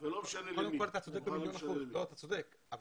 אתה צודק במיליון אחוז,